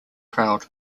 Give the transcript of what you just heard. crowd